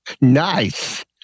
Nice